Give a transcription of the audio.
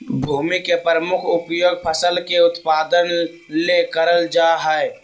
भूमि के प्रमुख उपयोग फसल के उत्पादन ले करल जा हइ